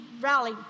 rally